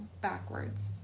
backwards